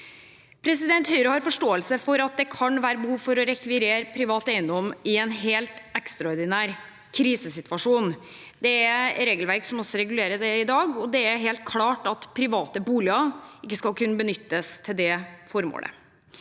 overta. Høyre har forståelse for at det kan være behov for å rekvirere privat eiendom i en helt ekstraordinær krisesituasjon. Det er regelverk som regulerer det også i dag, og det er helt klart at private boliger ikke skal kunne benyttes til det formålet.